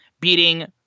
beating